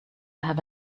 have